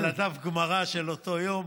על דף הגמרא של אותו יום,